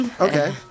Okay